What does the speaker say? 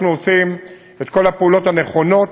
אנחנו עושים את כל הפעולות הנכונות